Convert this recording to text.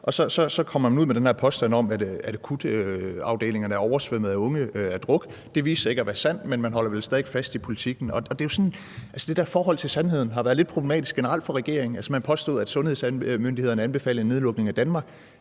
så kommer man ud med den her påstand om, at akutafdelingerne er oversvømmet af unge, der er der på grund af druk. Det viste sig ikke at være sandt, men man holder vel stadig væk fast i politikken. Og det der forhold til sandheden har været lidt problematisk generelt for regeringen. Altså, man påstod, at sundhedsmyndighederne anbefalede en nedlukning af Danmark.